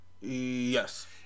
Yes